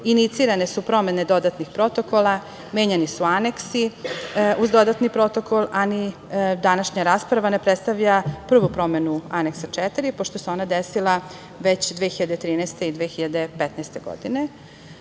inicirane su promene dodatnih protokola, menjani su aneksi uz dodatni protokol, a ni današnja rasprava ne predstavlja prvu promenu Aneksa 4 pošto se ona desila već 2013. i 2015. godine.